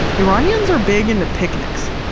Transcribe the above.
iranians are big into picnics.